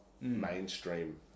mainstream